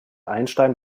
einstein